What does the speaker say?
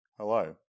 Hello